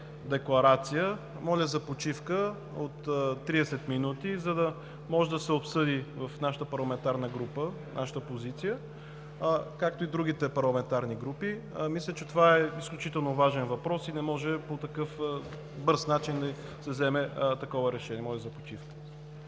декларация за почивка от 30 минути, за да може да се обсъди в нашата парламентарна група нашата позиция, както и в другите парламентарни групи. Мисля, че това е изключително важен въпрос и не може по такъв бърз начин да се вземе решение. Моля за почивка.